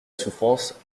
souffrance